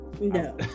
no